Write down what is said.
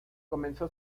comenzó